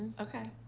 okay.